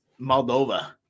Moldova